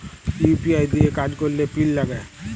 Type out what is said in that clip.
UPI দিঁয়ে কাজ ক্যরলে পিল লাগে